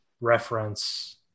reference